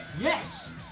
Yes